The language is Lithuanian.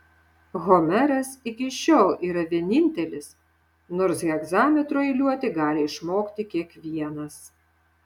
homeras iki šiol yra vienintelis nors hegzametru eiliuoti gali išmokti kiekvienas